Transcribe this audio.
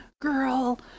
girl